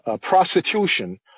prostitution